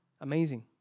Amazing